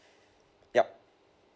yup